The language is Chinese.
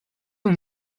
圣殿